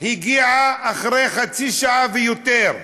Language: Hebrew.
המשטרה הגיעה אחרי חצי שעה ויותר.